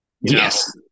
Yes